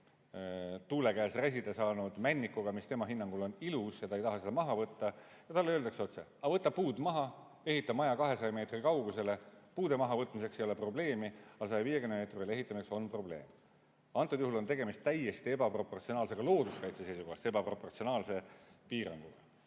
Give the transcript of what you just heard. tuule käes räsida saanud männikuga, mis tema hinnangul on ilus ja ta ei taha seda maha võtta. Aga talle öeldakse otse: võta puud maha, ehita maja 200 meetri kaugusele. Puude mahavõtmiseks ei ole probleemi, aga 150 meetri peale ehitamiseks on probleem. Antud juhul on tegemist täiesti ebaproportsionaalse, ka looduskaitse seisukohast ebaproportsionaalse piiranguga.